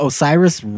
Osiris